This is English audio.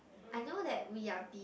I know that we are